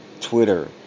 Twitter